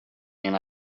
and